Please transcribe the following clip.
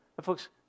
Folks